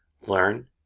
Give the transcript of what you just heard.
learn